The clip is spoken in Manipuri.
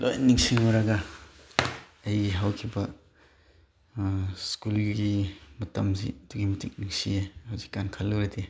ꯂꯣꯏ ꯅꯤꯡꯁꯤꯡꯉꯨꯔꯒ ꯑꯩꯒꯤ ꯍꯧꯈꯤꯕ ꯁ꯭ꯀꯨꯜꯒꯤ ꯃꯇꯝꯁꯤ ꯑꯗꯨꯛꯀꯤ ꯃꯇꯤꯛ ꯅꯨꯡꯁꯤꯌꯦ ꯍꯧꯖꯤꯛꯀꯥꯟ ꯈꯜꯂꯨꯔꯗꯤ